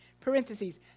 parentheses